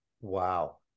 Wow